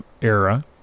era